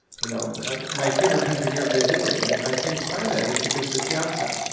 you know my favorite country in europe is italy, and i think part of that is because the piazza.